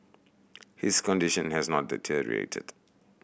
his condition has not deteriorated